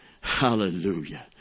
Hallelujah